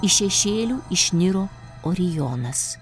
iš šešėlių išniro orijonas